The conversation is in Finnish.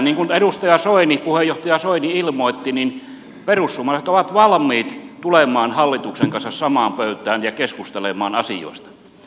niin kuin edustaja soini puheenjohtaja soini ilmoitti niin perussuomalaiset ovat valmiit tulemaan hallituksen kanssa samaan pöytään ja keskustelemaan asioista